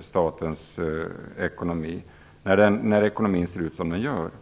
statens ekonomi när ekonomin ser ut som den gör.